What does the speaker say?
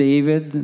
David